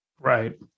Right